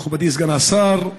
מכובדי סגן השר,